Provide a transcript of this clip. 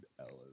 Ellis